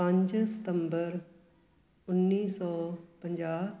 ਪੰਜ ਸਤੰਬਰ ਉੱਨੀ ਸੌ ਪੰਜਾਹ